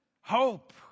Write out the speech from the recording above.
hope